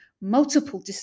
multiple